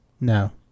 No